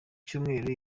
cyumweru